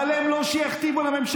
אבל לא הן שיכתיבו לממשלה.